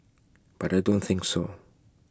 but I don't think so